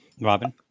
Robin